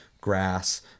grass